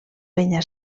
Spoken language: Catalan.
penya